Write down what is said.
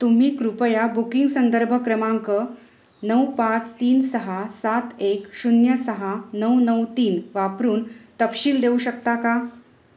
तुम्ही कृपया बुकिंग संदर्भ क्रमांक नऊ पाच तीन सहा सात एक शून्य सहा नऊ नऊ तीन वापरून तपशील देऊ शकता का